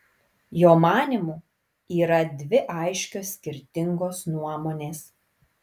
jo manymu yra dvi aiškios skirtingos nuomonės